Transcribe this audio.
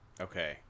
Okay